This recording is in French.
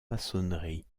maçonnerie